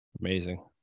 Amazing